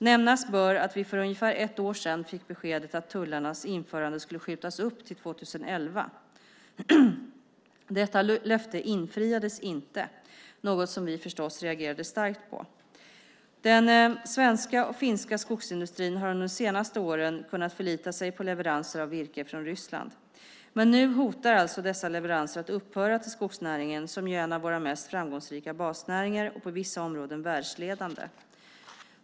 Nämnas bör att vi för ungefär ett år sedan fick beskedet att tullarnas införande skulle skjutas upp till 2011. Detta löfte infriades inte, något som vi förstås reagerade starkt på. Den svenska och finska skogsindustrin har under de senaste åren kunnat förlita sig på leveranser av virke från Ryssland. Men nu hotar alltså dessa leveranser att upphöra till skogsnäringen som ju är en av våra mest framgångsrika basnäringar och på vissa områden världsledande.